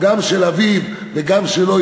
גם של אביו וגם שלו,